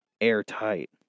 airtight